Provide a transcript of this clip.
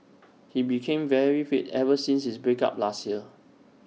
he became very fit ever since his break up last year